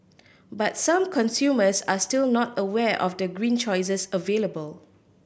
but some consumers are still not aware of the green choices available